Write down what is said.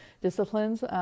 disciplines